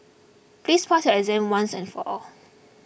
please pass your exam once and for all